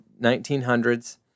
1900s